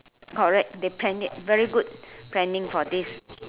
correct they planned it very good planning for this